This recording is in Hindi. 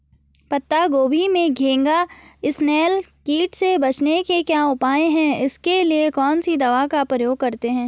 पत्ता गोभी में घैंघा इसनैल कीट से बचने के क्या उपाय हैं इसके लिए कौन सी दवा का प्रयोग करते हैं?